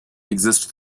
exist